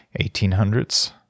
1800s